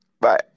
Bye